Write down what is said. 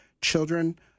children